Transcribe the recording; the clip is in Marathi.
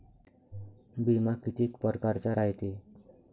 बिमा कितीक परकारचा रायते?